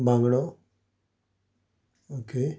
बांगडो ओके